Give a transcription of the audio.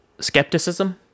skepticism